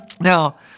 Now